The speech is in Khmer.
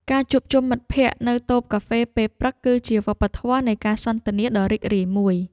ការជួបជុំមិត្តភក្តិនៅតូបកាហ្វេពេលព្រឹក គឺជាវប្បធម៌នៃការសន្ទនាដ៏រីករាយមួយ។